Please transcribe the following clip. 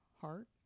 heart